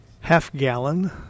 Half-gallon